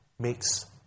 Makes